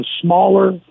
smaller